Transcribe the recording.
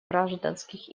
гражданских